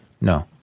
No